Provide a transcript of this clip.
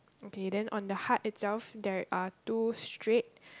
okay then on the heart itself there are two straight